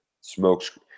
smokes